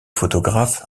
photographes